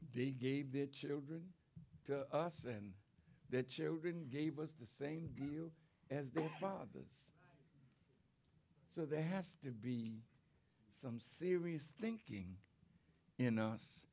they gave their children to us and their children gave us the same view as their fathers so there has to be some serious thinking you know us